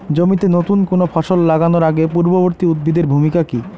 জমিতে নুতন কোনো ফসল লাগানোর আগে পূর্ববর্তী উদ্ভিদ এর ভূমিকা কি?